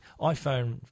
iPhone